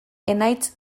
enaitz